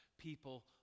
people